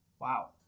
Wow